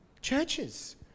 churches